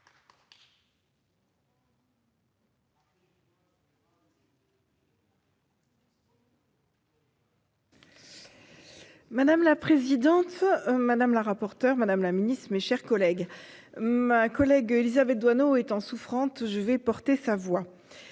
Madame la présidente. Madame la rapporteure Madame la Ministre, mes chers collègues ma collègue Élisabeth Doineau étant souffrante je vais porter sa voix.